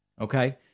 Okay